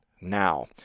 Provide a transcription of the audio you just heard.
now